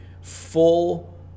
full